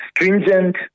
stringent